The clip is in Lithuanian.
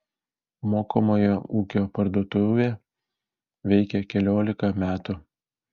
mokomojo ūkio parduotuvė veikia keliolika metų